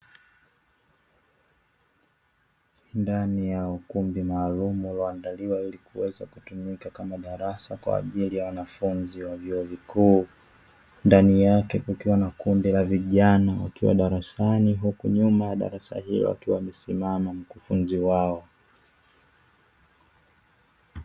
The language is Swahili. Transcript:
Ndani ya ukumbi maalumu ulioandaliwa ili kuweza kutumika kama darasa kwaajili ya wanafunzi wa vyuo vikuu, ndani yake kukiwa na kundi la vijana wakiwa darasani huku nyuma ya darasa hilo akiwa amesimama mkufunzi wao.